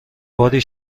باری